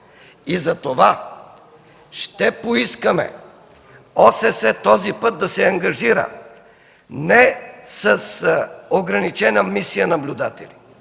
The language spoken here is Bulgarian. И затова ще поискаме ОССЕ този път да се ангажира не с ограничена мисия наблюдатели,